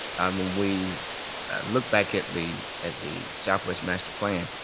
when we look back at the at the southwest master plan,